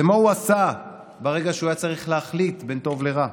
ומה הוא עשה ברגע שהוא היה צריך להחליט בין טוב לרע?